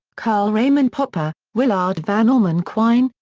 karl raimund popper, willard van orman quine,